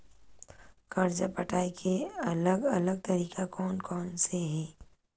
कर्जा पटाये के अलग अलग तरीका कोन कोन से हे?